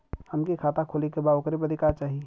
हमके खाता खोले के बा ओकरे बादे का चाही?